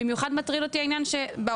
במיוחד מטריד אותי העניין שכשעשו את